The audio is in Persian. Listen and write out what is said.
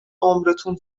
عمرتون